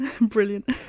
brilliant